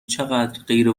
چقدرغیر